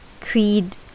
creed